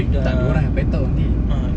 tak ada orang yang paitao nanti